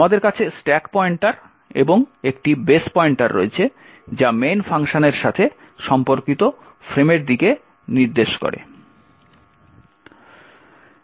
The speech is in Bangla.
আমাদের কাছে স্ট্যাক পয়েন্টার এবং একটি বেস পয়েন্টার রয়েছে যা main ফাংশনের সাথে সম্পর্কিত ফ্রেমের দিকে নির্দেশ করে